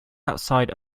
outside